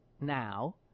now